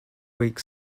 week